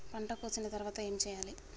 పంట కోసిన తర్వాత ఏం చెయ్యాలి?